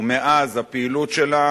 ומאז הפעילות שלה